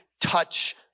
touch